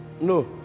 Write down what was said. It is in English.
No